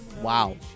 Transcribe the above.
Wow